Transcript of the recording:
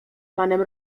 panem